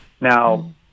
Now